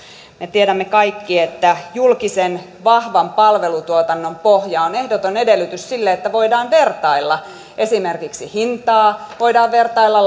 me tiedämme kaikki että vahvan julkisen palvelutuotannon pohja on ehdoton edellytys sille että voidaan vertailla esimerkiksi hintaa voidaan vertailla